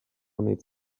needs